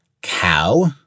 cow